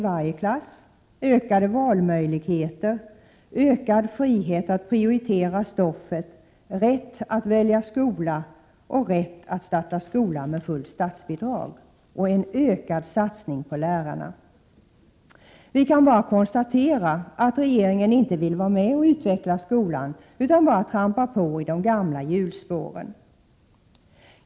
Vi föreslår följande: Vi kan bara konstatera att regeringen inte vill vara med och utveckla skolan utan bara trampar på i de gamla hjulspåren.